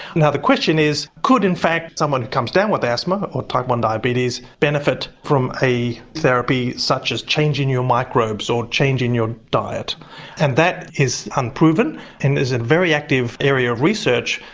now the question is could in fact someone who comes down with asthma, or type one diabetes benefit from a therapy such as changing your microbes, or changing your diet and that is unproven and there's a very active area of research.